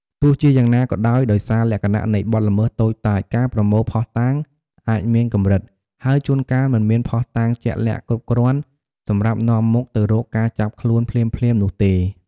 ទោះជាយ៉ាងណាក៏ដោយ ដោយសារលក្ខណៈនៃបទល្មើសតូចតាច ការប្រមូលភស្តុតាងអាចមានកម្រិត ហើយជួនកាលមិនមានភស្តុតាងជាក់លាក់គ្រប់គ្រាន់សម្រាប់នាំមុខទៅរកការចាប់ខ្លួនភ្លាមៗនោះទេ។